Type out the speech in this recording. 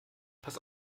pass